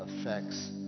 affects